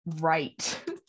right